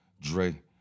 Dre